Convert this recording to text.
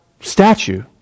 statue